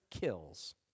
kills